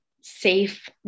safe